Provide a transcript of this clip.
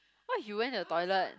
what if you went to the toilet